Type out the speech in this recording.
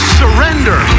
surrender